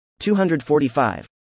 245